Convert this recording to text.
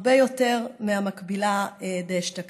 הרבה יותר מהמקבילה אשתקד.